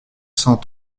cent